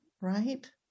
right